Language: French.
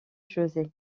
josé